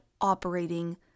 operating